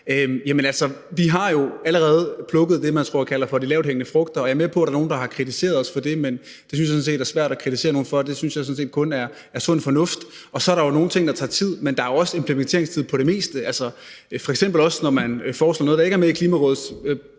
sig. Altså, vi har jo allerede plukket det, som jeg tror man kalder for de lavthængende frugter, og jeg er med på, at der er nogle, der har kritiseret os for det. Men det synes jeg sådan set det er svært at kritisere nogen for, for jeg synes kun, det er sund fornuft, og så er der jo nogle ting, der tager tid. Men der er jo også en implementeringstid på det meste, f.eks. også når man foreslår noget, der ikke er med i Klimarådets